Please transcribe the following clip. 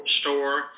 store